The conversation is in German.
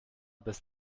bis